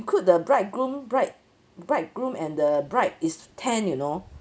include the bridegroom bride bridegroom and the bride is ten you know